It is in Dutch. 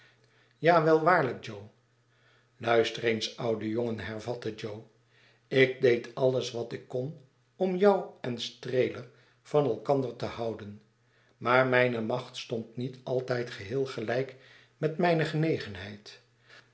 ja wel waarlijk jo luister eens oude jongen hervatte jo ik deed alles wat ik kon om jou en streeler van elkander te houden maar mijne macht stond niet altijd geheel gelijk met mijne genegenheid